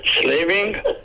Slaving